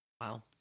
Wow